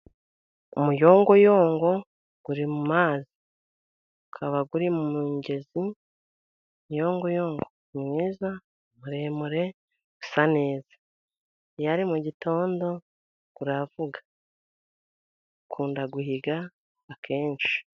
Umuyongoyongo uri mazi, ukaba uri mu ngezi umuyongoyongo ni mwiza muremure usa neza. Iyo ari mu gitondo uravuga, ukunda guhiga akenshi.